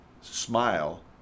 smile